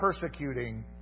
persecuting